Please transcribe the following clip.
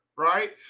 right